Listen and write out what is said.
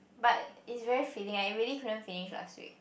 but it's very filling eh I really couldn't finish last week